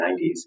1990s